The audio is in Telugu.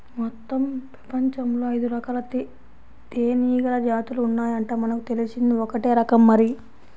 మొత్తం పెపంచంలో ఐదురకాల తేనీగల జాతులు ఉన్నాయంట, మనకు తెలిసింది ఒక్కటే రకం మరి